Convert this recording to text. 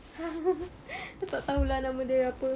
aku tak tahu lah nama dia apa